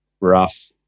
rough